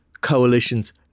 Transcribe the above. coalitions